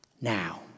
Now